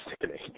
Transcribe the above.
Sickening